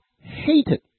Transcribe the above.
hated